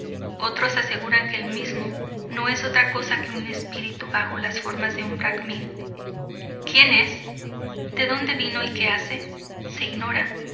otros aseguran que el mismo no es otra cosa que un espíritu bajo las formas de un bracmín quién es de dónde vino y qué hace se ignora